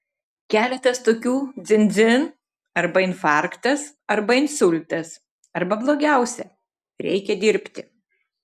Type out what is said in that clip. keletas tokių dzin dzin arba infarktas arba insultas arba blogiausia reikia dirbti